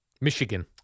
Michigan